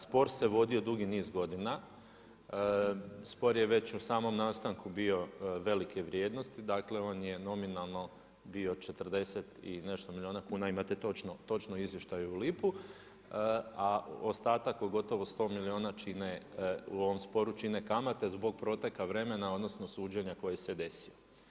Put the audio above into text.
Spor se vodio dugi niz godina, spor je već u samom nastanku bio velike vrijednosti, dakle on je nominalno bio 40 i nešto milijuna kuna, imate točno izvještaj u lipu a ostatak od gotovo 100 milijuna čine u ovom sporu kamate zbog proteka vremena odnosno suđenja koje se desi.